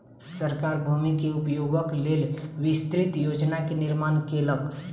सरकार भूमि के उपयोगक लेल विस्तृत योजना के निर्माण केलक